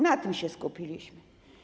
Na tym się skupiliśmy.